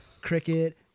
cricket